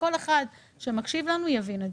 שכל אחד שמקשיב לנו יבין,